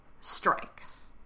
strikes